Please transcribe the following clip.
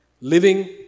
living